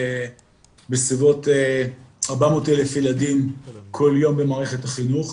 לסביבות 400,000 ילדים כל יום במערכת החינוך,